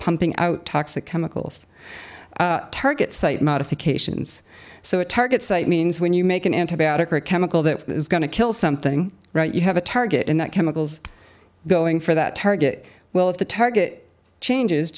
pumping out toxic chemicals target site modifications so a target site means when you make an antibiotic or a chemical that is going to kill something right you have a target in that chemicals are going for that target well if the target changes